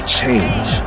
change